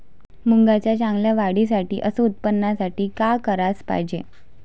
मुंगाच्या चांगल्या वाढीसाठी अस उत्पन्नासाठी का कराच पायजे?